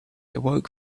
awoke